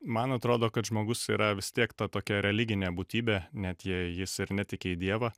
man atrodo kad žmogus yra vis tiek ta tokia religinė būtybė net jei jis ir netiki į dievą